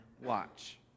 watch